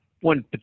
One